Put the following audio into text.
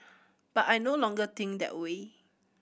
but I no longer think that way